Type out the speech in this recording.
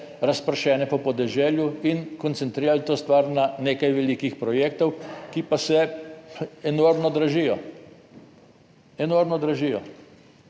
razpršene po podeželju in koncentrirali to stvar na nekaj velikih projektov, ki pa se enormno dražijo. Enormno dražijo.